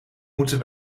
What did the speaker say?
moeten